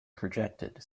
projected